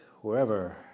wherever